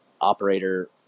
operator